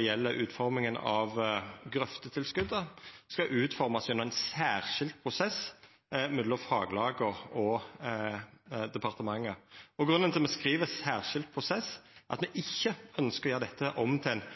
gjeld utforminga av grøftetilskotet, skal utformast gjennom ein særskild prosess mellom faglaga og departementet. Grunnen til at me skriv særskild prosess, er at me ikkje ønskjer å gjera dette om til ein